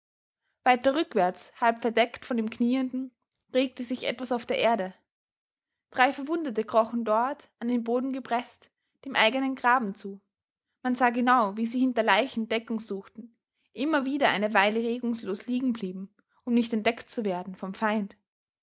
weiter rückwärts halb verdeckt von dem knienden regte sich etwas auf der erde drei verwundete krochen dort an den boden gepreßt dem eigenen graben zu man sah genau wie sie hinter leichen deckung suchten immer wieder eine weile regungslos liegen blieben um nicht entdeckt zu werden vom feind